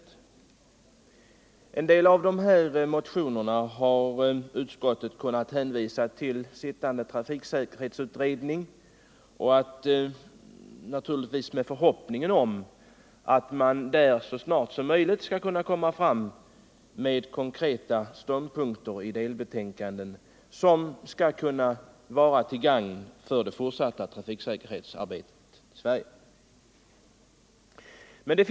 En del av årets motioner har utskottet kunnat hänvisa till sittande trafiksäkerhetsutredning, naturligtvis med förhoppningen att man där så snart som möjligt skall kunna komma fram till konkreta ståndpunkter i delbetänkanden, som kan vara till gagn för det fortsatta trafiksäkerhetsarbetet i Sverige.